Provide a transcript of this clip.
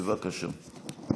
בבקשה.